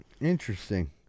interesting